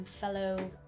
fellow